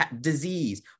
disease